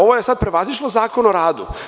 Ovo je sada prevazišlo Zakon o radu.